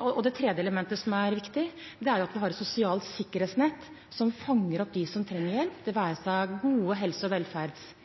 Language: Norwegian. Og det tredje elementet som er viktig, er at vi har et sosialt sikkerhetsnett som fanger opp dem som trenger hjelp, det være seg gode helse- og